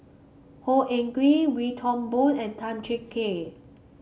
Khor Ean Ghee Wee Toon Boon and Tan Cheng Kee